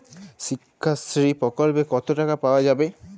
শিক্ষাশ্রী প্রকল্পে কতো টাকা পাওয়া যাবে?